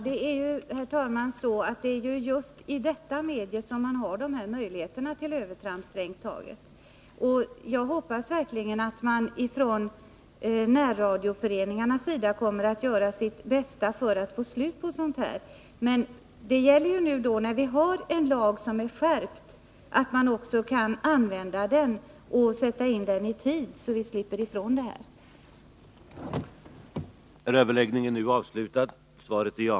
Herr talman! Det är ju strängt taget just i detta medium som man har möjligheter till övertramp. Jag hoppas verkligen att man från närradioföre ningarnas sida kommer att göra sitt bästa för att få slut på sådana här inslag. När vi nu har en skärpt lag gäller det att kunna använda den och sätta in den i tid, så att vi slipper ifrån sådana här problem.